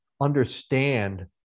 understand